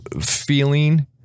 feeling